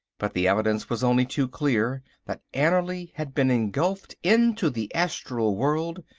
but the evidence was only too clear, that annerly had been engulfed into the astral world,